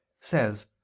says